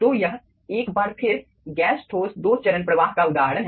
तो यह एक बार फिर गैस ठोस दो चरण प्रवाह का उदाहरण है